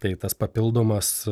tai tas papildomas